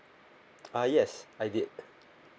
uh yes I did